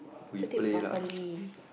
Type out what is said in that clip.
put it properly